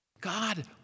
God